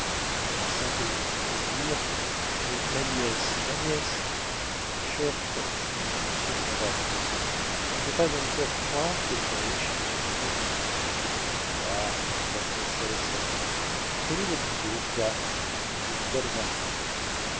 elle s'interrompit pour dire mais ma nièce ma nièce chère tante dit monsieur de navarreins je ne peux pas encore croire qu'elle soit allée chez monsieur de montriveau bah fit la princesse quelle est votre idée vidame demanda le marquis